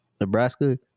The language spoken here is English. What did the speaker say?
Nebraska